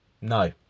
no